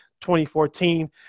2014